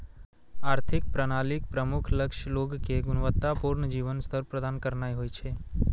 आर्थिक प्रणालीक प्रमुख लक्ष्य लोग कें गुणवत्ता पूर्ण जीवन स्तर प्रदान करनाय होइ छै